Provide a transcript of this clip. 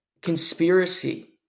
conspiracy